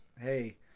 Hey